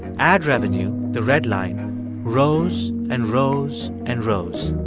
ad revenue the red line rose and rose and rose.